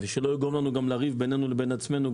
ושלא יגרום לנו לריב בינינו לבין עצמנו.